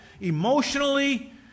emotionally